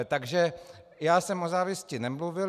Takže já jsem o závisti nemluvil.